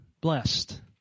blessed